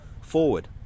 forward